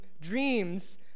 dreams